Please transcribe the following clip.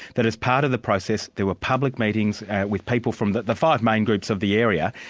that as part of the process, there were public meetings with people from the the five main groups of the area,